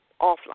offline